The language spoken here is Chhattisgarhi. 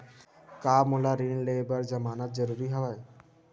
का मोला ऋण ले बर जमानत जरूरी हवय?